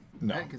No